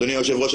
אדוני היושב ראש,